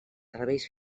serveis